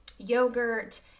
yogurt